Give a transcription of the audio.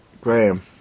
Graham